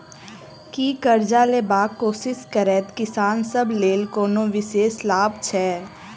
की करजा लेबाक कोशिश करैत किसान सब लेल कोनो विशेष लाभ छै?